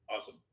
Awesome